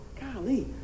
golly